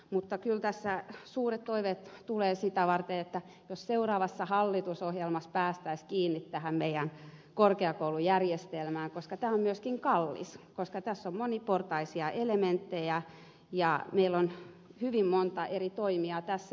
mutta kyllä tässä suuret toiveet tulee siitä että seuraavassa hallitusohjelmassa päästäisiin kiinni tähän meidän korkeakoulujärjestelmään koska tämä on myöskin kallis koska tässä on moniportaisia elementtejä ja meillä on hyvin monta eri toimijaa tässä